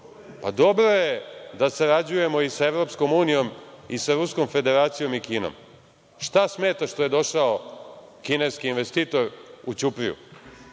Dobro je da sarađujemo sa EU, sa Ruskom Federacijom i Kinom. Šta smeta što je došao kineski investitor u Ćupriju?